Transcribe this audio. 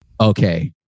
okay